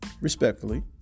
Respectfully